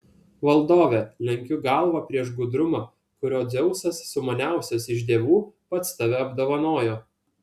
valdove lenkiu galvą prieš gudrumą kuriuo dzeusas sumaniausias iš dievų pats tave apdovanojo